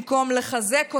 במקום לחזק אותה,